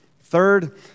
Third